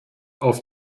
auf